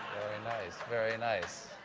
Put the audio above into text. nice. very nice.